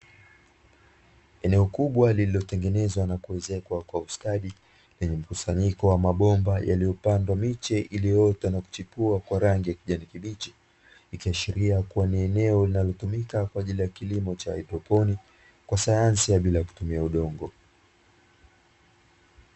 Eneo kubwa lililotengenezwa na kuezekwa kwa ustadi, lenye mkusanyiko wa mabomba, yaliyopandwa miche iliyoota na kuchipua kwa rangi ya kijani kibichi, ikiashiria kuwa ni eneo linalotumika kwa ajili ya kilimo cha haidroponi, kwa sayansi ya bila kutumia udongo.